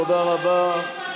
תודה רבה.